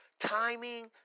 timing